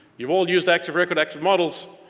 you've all used active req with active models,